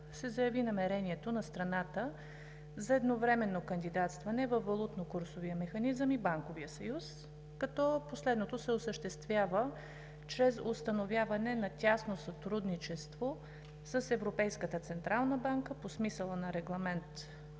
се заяви намерението на страната за едновременно кандидатстване във Валутно-курсов механизъм и Банковия съюз, като последното се осъществява чрез установяване на тясно сътрудничество с Европейската централна банка по смисъла на Регламент